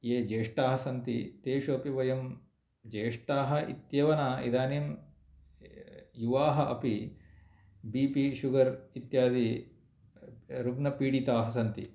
ये ज्येष्ठाः सन्ति तेषु अपि वयं ज्येष्ठाः इत्येव न इदानीं युवाः अपि बी पी शुगर् इत्यादि रुग्णपीडिताः सन्ति